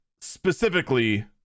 specifically